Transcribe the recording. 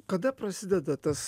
kada prasideda tas